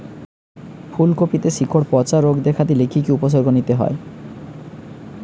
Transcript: ফুলকপিতে শিকড় পচা রোগ দেখা দিলে কি কি উপসর্গ নিতে হয়?